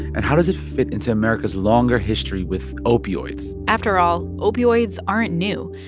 and how does it fit into america's longer history with opioids? after all, opioids aren't new.